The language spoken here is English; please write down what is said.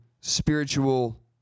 spiritual